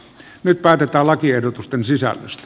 nyt päätetään lakiehdotusten sisällöstä